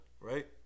right